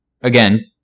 again